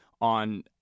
on